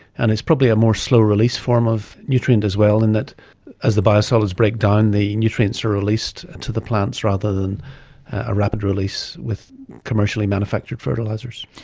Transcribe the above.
and it's probably a more slow release form of nutrient as well in that as the biosolids break down the nutrients are released to the plants rather than ah rapid release with commercially manufactured fertilisers.